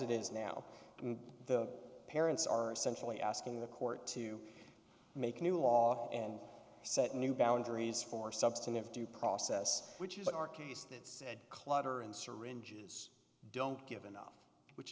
it is now and the parents are essentially asking the court to make new law and set new boundaries for substantive due process which is our case that said clutter and syringes don't give enough which